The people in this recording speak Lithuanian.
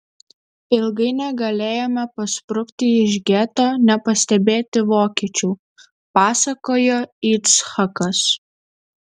ilgai negalėjome pasprukti iš geto nepastebėti vokiečių pasakojo yitzhakas